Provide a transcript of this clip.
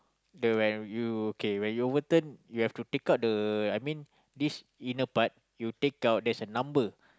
the when you okay when you overturn you have to take out the I mean this inner part you take out there is a number